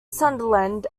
sunderland